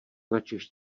načež